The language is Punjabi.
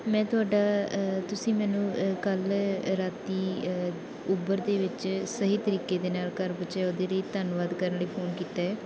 ਮੈਂ ਤੁਹਾਡਾ ਤੁਸੀਂ ਮੈਨੂੰ ਕੱਲ੍ਹ ਰਾਤ ਉਬਰ ਦੇ ਵਿੱਚ ਸਹੀ ਤਰੀਕੇ ਦੇ ਨਾਲ ਘਰ ਪਹੁੰਚਾਉਣ ਦੇ ਲਈ ਧੰਨਵਾਦ ਕਰਨ ਲਈ ਫੋਨ ਕੀਤਾ ਹੈ